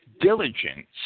diligence